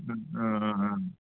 ꯎꯝ ꯎꯝ ꯎꯝ ꯎꯝ